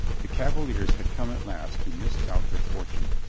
the cavaliers had come at last to misdoubt their fortune.